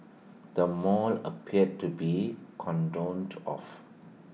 the mall appeared to be cordoned off